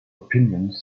opinions